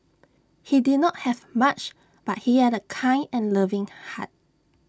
he did not have much but he had A kind and loving heart